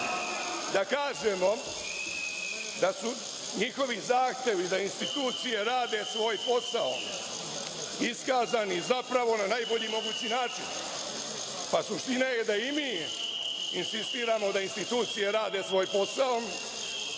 da kažemo da su njihovi zahtevi da institucije rade svoj posao iskazani zapravo na najbolji mogući način, a suština je da i mi insistiramo da institucije rade svoj posao.